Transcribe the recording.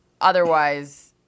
otherwise